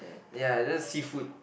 ya you know it's just seafood